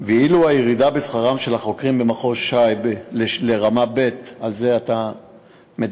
ואילו הירידה בשכרם של החוקרים במחוז ש"י לרמה ב' שעל זה אתה מדבר,